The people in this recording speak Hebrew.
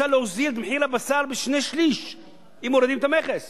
אפשר להוריד את מחיר הבשר בשני-שלישים אם מורידים את המכס.